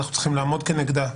אנחנו צריכים לעמוד כנגדה